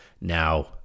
Now